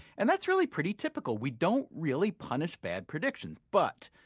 and that's really pretty typical. we don't really punish bad predictions but,